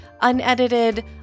unedited